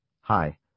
Hi